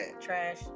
Trash